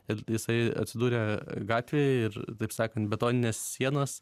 ir jisai atsidurė gatvėje ir taip sakant betonines sienas